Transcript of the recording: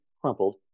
crumpled